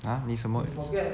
ha 你什么 s~